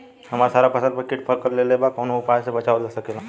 हमर सारा फसल पर कीट पकड़ लेले बा कवनो उपाय से बचावल जा सकेला?